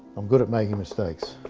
i'm good at making mistakes.